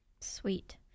Sweet